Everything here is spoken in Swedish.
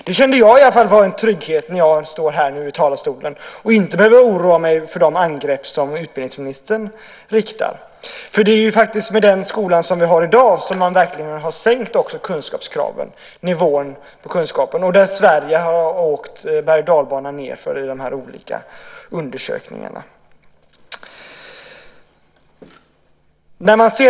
Jag känner en trygghet när jag står i talarstolen och inte behöver oroa mig för de angrepp som utbildningsministern riktar. Det är faktiskt med den skola som vi har i dag som man har sänkt kunskapskraven och nivån på kunskaperna. Sverige har åkt berg och dalbana enligt de olika undersökningarna.